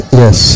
yes